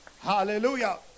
hallelujah